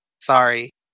Sorry